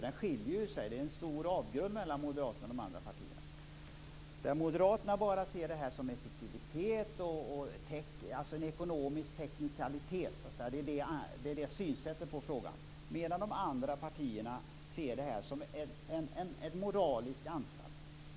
Det är en stor avgrund mellan När Moderaterna endast ser effektivitet, en ekonomisk teknikalitet, ser de andra partierna detta som en moralisk ansats.